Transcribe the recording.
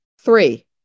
Three